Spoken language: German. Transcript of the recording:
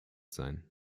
sein